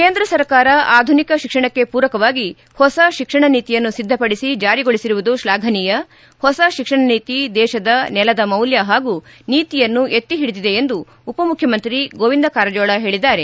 ಕೇಂದ್ರ ಸರ್ಕಾರ ಆಧುನಿಕ ಶಿಕ್ಷಣಕ್ಕೆ ಪೂರಕವಾಗಿ ಹೊಸ ಶಿಕ್ಷಣ ನೀತಿಯನ್ನು ಸಿದ್ದಪಡಿಸಿ ಜಾರಿಗೊಳಿಸಿರುವುದು ಶ್ಲಾಘನೀಯ ಹೊಸ ಶಿಕ್ಷಣ ನೀತಿ ದೇಶದ ನೆಲದ ಮೌಲ್ಯ ಹಾಗೂ ನೀತಿಯನ್ನು ಎತ್ತಿ ಹಿಡಿದಿದೆ ಎಂದು ಉಪ ಮುಖ್ಯಮಂತ್ರಿ ಗೋವಿಂದ ಕಾರಜೋಳ ಹೇಳಿದ್ದಾರೆ